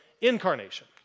incarnation